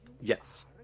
Yes